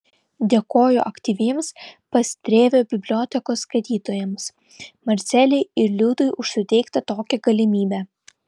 dėkoju aktyviems pastrėvio bibliotekos skaitytojams marcelei ir liudui už suteiktą tokią galimybę